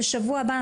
בשבוע הבא,